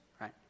right